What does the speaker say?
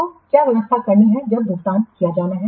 तो क्या व्यवस्था करनी है जब भुगतान किया जाना है